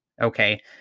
Okay